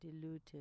diluted